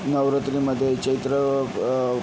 नवरात्रीमध्ये चैत्र